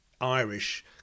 Irish